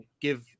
give